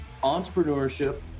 entrepreneurship